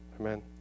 Amen